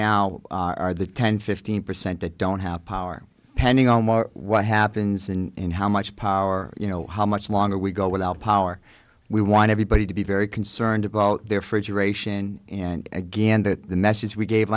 now are the ten fifteen percent that don't have power pending on what happens in how much power you know how much longer we go without power we want everybody to be very concerned about their fridge ration and again that the message we gave